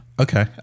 Okay